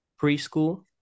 preschool